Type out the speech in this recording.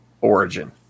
origin